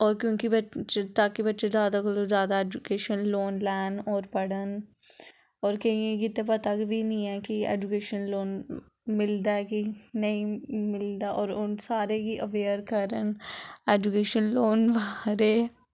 होर क्योंकि तां कि बच्चे जैदा कोला जैदा दा ऐजुकेशन लोन लैन होर पढ़न होर केंइयें गी ते पता बी निं ऐ कि ऐजुकेशन लोन मिलदा ऐ कि नेईं मिलदा होर उ'नें सारें गी अवेअर करन ऐजुकेशन लोन बारै